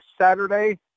Saturday